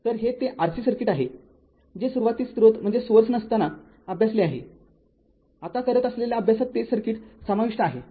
तर हे ते Rc सर्किट आहे जे सुरुवातीस स्रोत नसताना अभ्यासले आहे आता करत असलेल्या अभ्यासात ते सर्किट समाविष्ट आहे